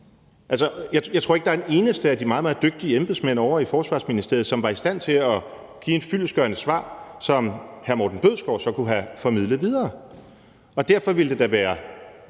jeg tror ikke, at der er en eneste af de meget, meget dygtige embedsmænd ovre i Forsvarsministeriet, som var i stand til at give et fyldestgørende svar, som hr. Morten Bødskov så kunne have formidlet videre. Og derfor ville det da være